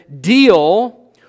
deal